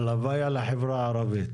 הלוואי על החברה הערבית.